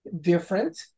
Different